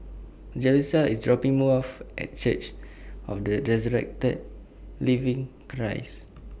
Jalissa IS dropping More off At Church of The Resurrected Living Christ